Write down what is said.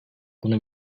bunu